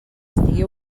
estigui